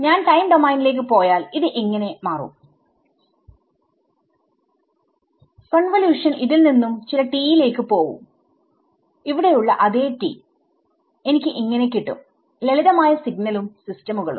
ഞാൻ ടൈം ഡോമെയിനിലേക്ക് പോയാൽ ഇത് ഇങ്ങനെ മാറും കോൺവല്യൂഷൻ ൽ നിന്നും ചില t യിലേക്ക് പോവുംഇവിടെ ഉള്ള അതേ t എനിക്ക് കിട്ടും ലളിതമായ സിഗ്നലും സിസ്റ്റമുകളും